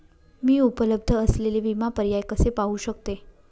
मी उपलब्ध असलेले विमा पर्याय कसे पाहू शकते?